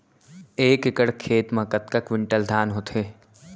एक एकड़ खेत मा कतका क्विंटल धान होथे?